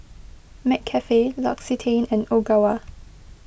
McCafe L'Occitane and Ogawa